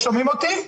שומעים אותי?